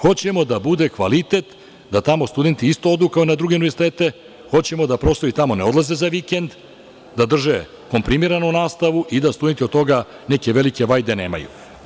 Hoćemo da bude kvalitet, da tamo studenti odu isto kao na druge univerzitete, hoćemo da profesori tamo ne odlaze za vikend, da drže kontinuirano nastavu i da studenti od toga neke velike vajde nemaju.